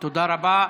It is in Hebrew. תודה רבה.